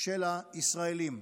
של ישראלים.